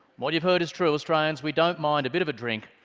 what you've heard is true. australians, we don't mind a bit of a drink,